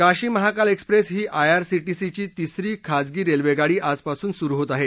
Kashi Mahakal express ही आयआरसी प्रीपी तिसरी खाजगी रेल्वेगाडी आजपासून सुरू होत आहे